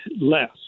less